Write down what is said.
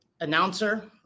Announcer